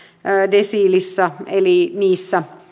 desiilissä eli niissä